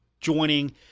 joining